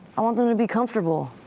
i want them to be comfortable,